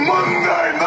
Monday